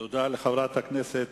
תודה לחברת הכנסת